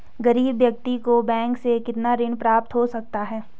गरीब व्यक्ति को बैंक से कितना ऋण प्राप्त हो सकता है?